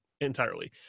entirely